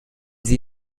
sie